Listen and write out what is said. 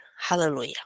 Hallelujah